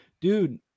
dude